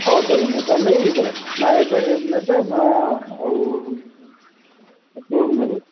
ହଉ ତା'ହେଲେ ମୁଁ ବନେଇବି ତ ନା ଏବେ ନେବେ ନା ଆଉ କେତେବେଳକୁ ନେବେ